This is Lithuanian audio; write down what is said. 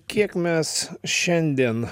kiek mes šiandien